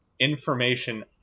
information